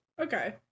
Okay